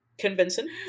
convincing